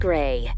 Gray